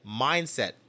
mindset